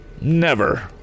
Never